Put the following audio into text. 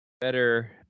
Better